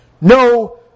no